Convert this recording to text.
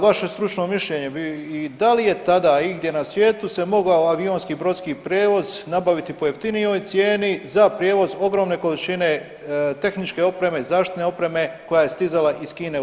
Vaše stručno mišljenje bi i da li je tada igdje na svijetu se mogao avionski i brodski prijevoz nabaviti po jeftinijoj cijeni za prijevoz ogromne količine tehničke opreme i zaštitne opreme koja je stizala iz Kine u RH?